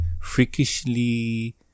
freakishly